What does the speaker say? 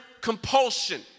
compulsion